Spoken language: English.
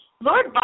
Lord